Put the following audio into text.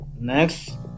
Next